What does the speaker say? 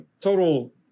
total